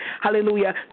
hallelujah